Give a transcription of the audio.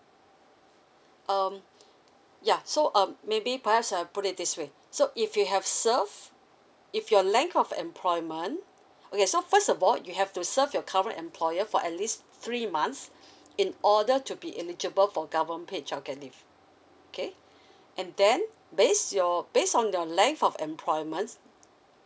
um ya so um maybe perhaps I put it this way so if you have serve if your length of employment okay so first of all you have to serve your current employer for at least three months in order to be eligible for government paid childcare leave okay and then based your based on your length of employment